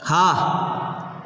हाँ